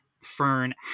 Fern